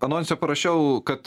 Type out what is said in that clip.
anonse parašiau kad